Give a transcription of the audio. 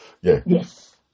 Yes